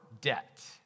debt